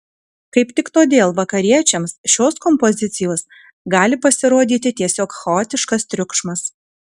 kaip tik todėl vakariečiams šios kompozicijos gali pasirodyti tiesiog chaotiškas triukšmas